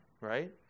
right